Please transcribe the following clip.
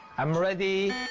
am ready.